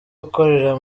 ukorera